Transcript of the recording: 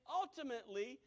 ultimately